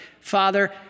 Father